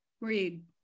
read